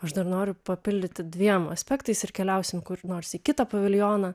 aš dar noriu papildyti dviem aspektais ir keliausim kur nors į kitą paviljoną